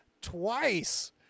twice